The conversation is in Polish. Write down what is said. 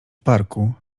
parku